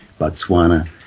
Botswana